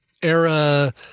era